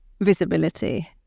visibility